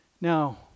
Now